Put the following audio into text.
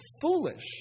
foolish